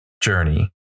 journey